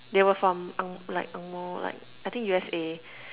they were from Ang~ like angmoh like I think U_S_A